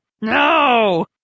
no